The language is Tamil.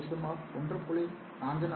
இது சுமார் 1